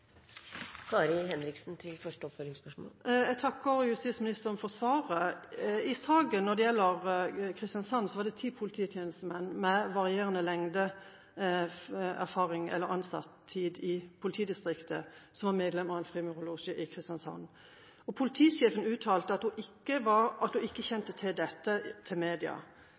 Jeg takker justisministeren for svaret. I saken som gjelder Kristiansand, var det ti polititjenestemenn med varierende ansatt-tid i politidistriktet som var medlem av en frimurerlosje i Kristiansand. Politisjefen uttalte til media at hun ikke kjente til dette. Habilitet skal jo sikre tillit til